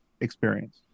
experience